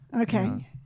Okay